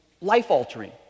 life-altering